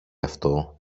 αυτό